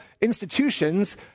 institutions